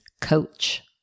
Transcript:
coach